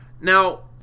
Now